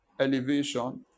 elevation